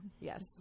Yes